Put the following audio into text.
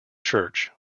church